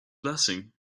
blessing